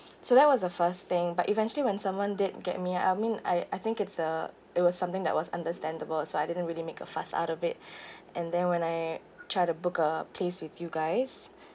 so that was the first thing but eventually when someone did get me I mean I I think it's a it was something that was understandable so I didn't really make a fuss out of it and then when I tried to book a place with you guys